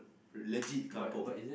legit kampung